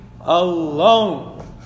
alone